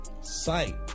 sight